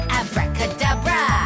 abracadabra